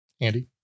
Andy